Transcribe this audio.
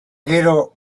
gero